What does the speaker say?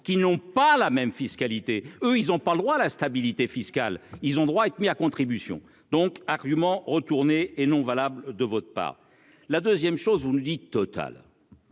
qui n'ont pas la même fiscalité, eux ils ont pas le droit à la stabilité fiscale, ils ont droit à être mis à contribution, donc argument retourner et non valable de vote pas la 2ème chose, vous nous dites.